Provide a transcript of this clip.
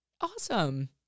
Awesome